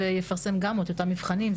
השיכון והבינוי גם יפרסם את אותם מבחנים,